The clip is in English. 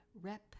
rep